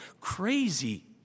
crazy